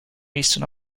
eastern